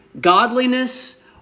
Godliness